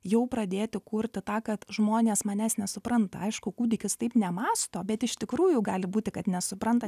jau pradėti kurti tą kad žmonės manęs nesupranta aišku kūdikis taip nemąsto bet iš tikrųjų gali būti kad nesupranta